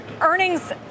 Earnings